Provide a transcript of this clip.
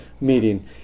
meeting